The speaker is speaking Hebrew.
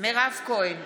מירב כהן,